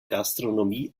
gastronomie